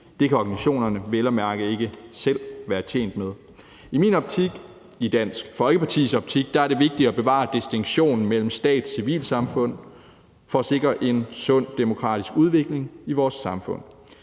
Det kan organisationerne vel at mærke ikke selv være tjent med. I min optik, i Dansk Folkepartis optik er det vigtigt at bevare distinktionen mellem stat og civilsamfund for at sikre en sund demokratisk udvikling i vores samfund.